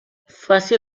fàcil